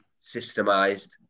systemized